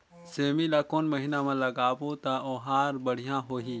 सेमी ला कोन महीना मा लगाबो ता ओहार बढ़िया होही?